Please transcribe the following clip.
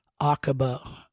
Aqaba